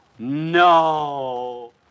No